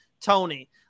Tony